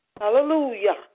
Hallelujah